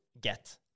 get